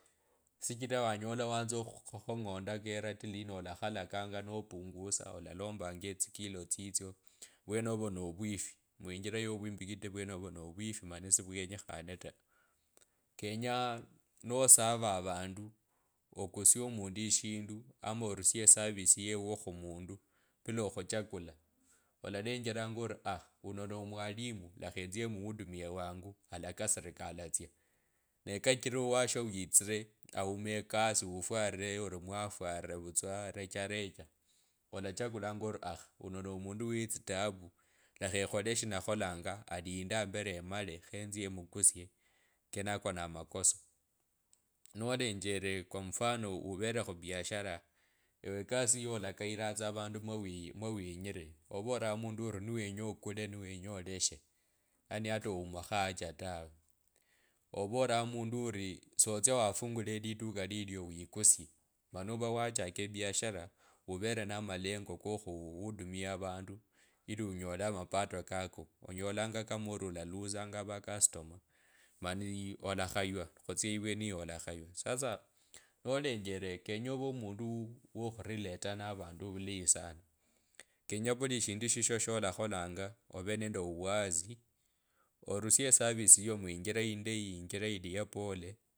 Shichira wanyola wanza okhukhong’o ndaka eratili ino olakhalakanga nobunguza olalombanga etsikilo tsitsio vyenovo no vywifi muinjila yo vywimbikiti vyenovo no vywifi mani siwenyekhane taa kenya nosava avandu okusie omundu eshindu ama orusie esarisi yeuo khumundu bila okhuchakula olalenjelanga orii aa wuno no mwalimu lakha enzei emuudumie vwangu alakasirika alatsia ne kajila owasho witsile auma ekasi ufware ori mwafare vutswa rejareja olachakulanga ori au ori uno no mundu we tsitavu lakha ekhole shinakholanga alinde ambele amale khemukusie kenako na makosa nolenjele kwa mfano uvele khubiashara ewe kasi yiyo olakailanga avandu mwewii- iinyire olavoriranga omundu ori niwenya okule nowinya oleshe, hani hata ovulakho haja taa olavoriranga sotsia wafungula liduka lilio wikusie mani ova wachaka ebiashara uvele nende amalengo ko khuudumia avandu ili onyole amapato kako onyolanga kama ori olalusnga makastoma mani olakhaywa khutsia ivwenu iyo olakhaywa sasa nolenjerekenye mundu wo khurileta na vandu vulayi sana kenya vuli eshindu shisho shokholanga ove nende uwasi orusie esavisi yiyo muinjila indeyi injila indi ya pole.